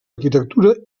arquitectura